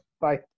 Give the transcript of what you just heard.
Bye